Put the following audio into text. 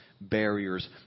barriers